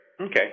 Okay